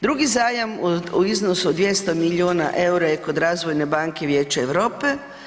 Drugi zajam u iznosu od 200 miliona EUR-a je kod razvojne banke Vijeća Europe.